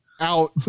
out